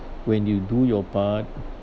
when you do your part